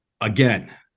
Again